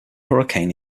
hurricane